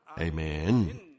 Amen